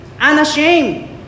unashamed